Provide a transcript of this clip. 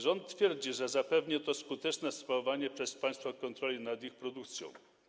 Rząd twierdzi, że zapewni to skuteczne sprawowanie przez państwo kontroli nad ich produkcją.